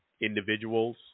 individuals